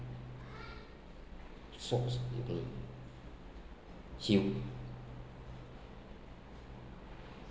so mm he~